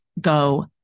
go